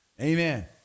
Amen